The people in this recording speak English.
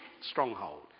stronghold